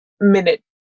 minute